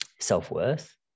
self-worth